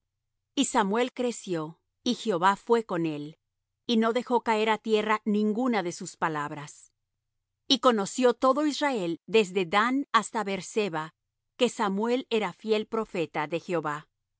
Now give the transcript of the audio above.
y samuel creció y jehová fué con él y no dejó caer á tierra ninguna de sus palabras y conoció todo israel desde dan hasta beer sebah que samuel era fiel profeta de jehová